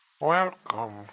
Welcome